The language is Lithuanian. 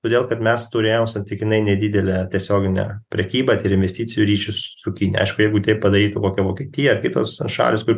todėl kad mes turėjom santykinai nedidelę tiesioginę prekybą tai yra investicijų ryšius su kinia aišku jeigu tai padarytų kokia vokietija ar kitos ten šalys kur